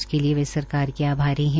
उसके लिए वह सरकार के आभारी है